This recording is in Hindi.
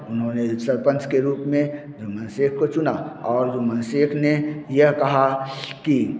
उन्होंने सरपंच के रूप में जुम्मन शैख़ को चुना और जुम्मन शैख़ ने यह कहा कि